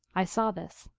i saw this.